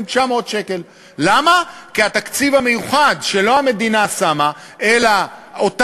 של חברות טכנולוגיה שנמצאות בחממות על-פני כל מדינת ישראל ומחכות